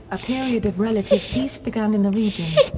a period of relative peace began in the region.